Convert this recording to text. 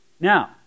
Now